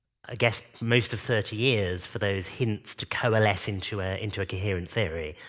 ah guess, most of thirty years for those hints to coalesce into ah into a coherent theory.